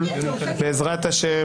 בעזרת השם,